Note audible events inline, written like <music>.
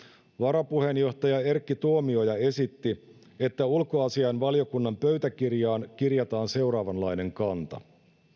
varapuheenjohtaja erkki tuomioja esitti että ulkoasiainvaliokunnan pöytäkirjaan kirjataan seuraavanlainen kanta <unintelligible>